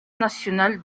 national